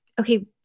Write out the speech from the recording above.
okay